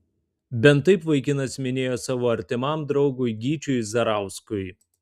bent taip vaikinas minėjo savo artimam draugui gyčiui zarauskui